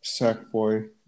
Sackboy